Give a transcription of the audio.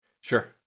Sure